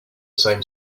same